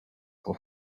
for